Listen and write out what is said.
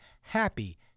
happy